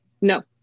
no